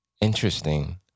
interesting